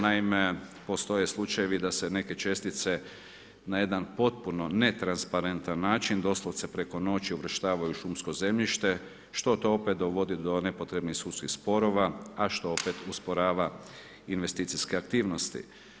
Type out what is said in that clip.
Naime, postoje slučajevi da se neke čestice na jedan potpuno netransparentan način doslovce preko noći uvrštavaju u šumsko zemljište što to opet dovodi do nepotrebnih sudskih sporova a što opet usporava investicijske aktivnosti.